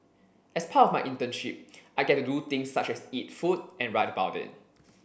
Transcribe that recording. as part of my internship I get to do things such as eat food and write about it